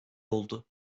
oldu